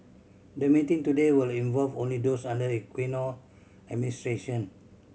the meeting today will involve only those under the Aquino administration